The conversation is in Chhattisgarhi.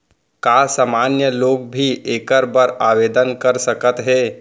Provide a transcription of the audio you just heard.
का सामान्य लोग भी एखर बर आवदेन कर सकत हे?